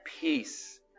peace